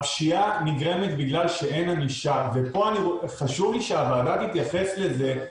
הפשיעה נגרמת בגלל שאין ענישה ופה חשוב לי שהוועדה תתייחס לזה,